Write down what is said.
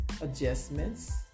adjustments